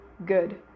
Good